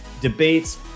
debates